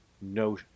no